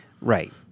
Right